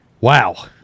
wow